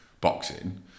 boxing